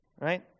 right